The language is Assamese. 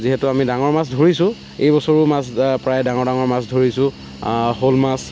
যিহেতু আমি ডাঙৰ মাছ ধৰিছোঁ এই বছৰো মাছ প্ৰায় ডাঙৰ ডাঙৰ মাছ ধৰিছো শ'ল মাছ